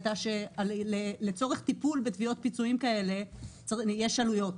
הייתה שלצורך טיפול בתביעות פיצויים כאלה יש עלויות,